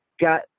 got